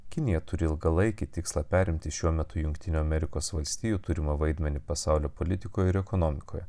kinija turi ilgalaikį tikslą perimti šiuo metu jungtinių amerikos valstijų turimą vaidmenį pasaulio politikoje ir ekonomikoje